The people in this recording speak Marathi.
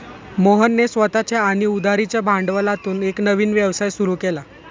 मोहनने स्वतःच्या आणि उधारीच्या भांडवलातून एक नवीन व्यवसाय सुरू केला